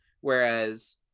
Whereas